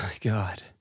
God